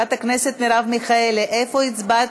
חברת הכנסת מרב מיכאלי, איפה הצבעת?